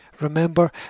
Remember